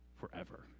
forever